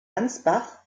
ansbach